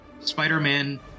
Spider-Man